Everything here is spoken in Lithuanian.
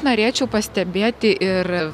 norėčiau pastebėti ir